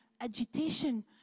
agitation